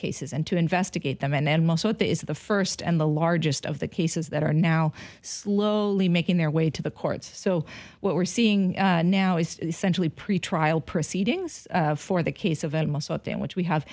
cases and to investigate them and then most what is the first and the largest of the cases that are now slowly making their way to the courts so what we're seeing now is essentially pretrial proceedings for the case of and most of them which we have